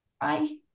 Bye